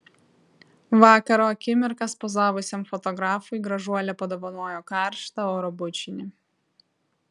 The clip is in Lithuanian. vakaro akimirkas pozavusiam fotografui gražuolė padovanojo karštą oro bučinį